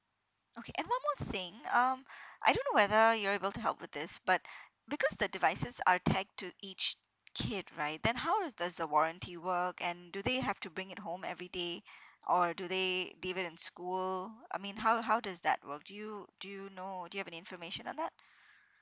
okay and one more thing uh I don't know whether you're able to help with this but because the devices are tagged to each kid right then how does the warranty work and do they have to bring it home every day or do they leave it in school I mean how how does that work do you do you know do you any information on that